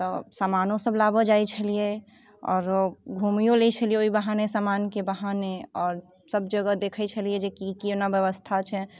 तऽ सामानो सभ लाबऽ जाइत छलियै आओरो घुमियो लै छलियै ओहि बहाने सामानके बहाने आओर सभ जगह देखैत छलियै कि की केना व्यवस्था छै